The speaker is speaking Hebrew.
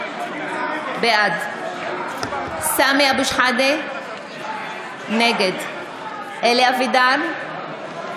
בעד סמי אבו שחאדה, נגד אלי אבידר,